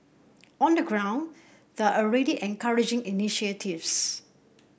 on the ground there are already encouraging initiatives